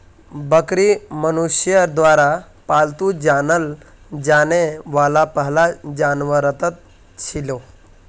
बकरी मनुष्यर द्वारा पालतू बनाल जाने वाला पहला जानवरतत छिलो